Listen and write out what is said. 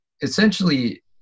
essentially